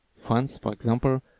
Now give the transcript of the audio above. france, for example,